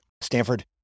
Stanford